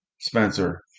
Spencer